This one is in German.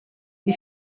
wie